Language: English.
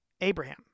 Abraham